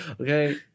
okay